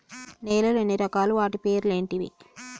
నేలలు ఎన్ని రకాలు? వాటి పేర్లు ఏంటివి?